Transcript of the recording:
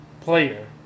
player